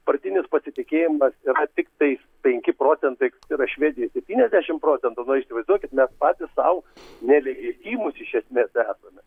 partinis pasitikėjimas yra tiktais penki procentai yra švedijoj septyniasdešim procentų na įsivaizduokit mes patys sau nelegitimūs iš esmės esame